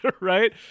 right